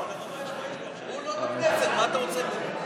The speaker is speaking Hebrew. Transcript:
הוא לא בכנסת, מה אתה רוצה ממנו?